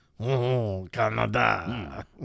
Canada